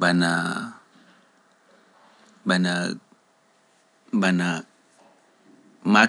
Bano bano bano makko.